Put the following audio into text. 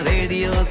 Radio